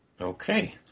Okay